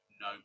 no